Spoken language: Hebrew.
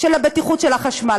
הבטיחות של החשמל?